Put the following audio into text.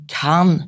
kan